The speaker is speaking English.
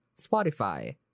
Spotify